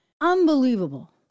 Unbelievable